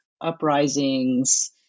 uprisings